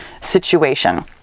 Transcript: situation